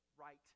right